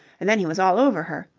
and then he was all over her.